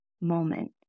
moment